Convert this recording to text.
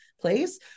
place